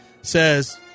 says